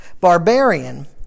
barbarian